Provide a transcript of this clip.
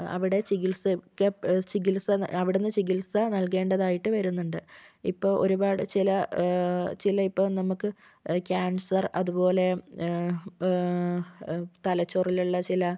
അവിടെ ചികിത്സ ഒക്കെ ചികിത്സ അവിടെ നിന്ന് ചികിത്സ നൽകേണ്ടതായിട്ട് വരുന്നുണ്ട് ഇപ്പോൾ ഒരുപാട് ചില ചില ഇപ്പോൾ നമുക്ക് ക്യാൻസർ അതുപോലെ തലച്ചോറിലുള്ള ചില